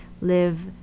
live